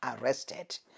arrested